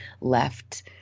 left